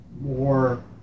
more